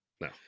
No